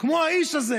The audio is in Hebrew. כמו האיש הזה.